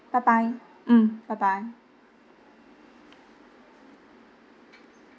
bye bye mm bye bye